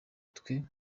twe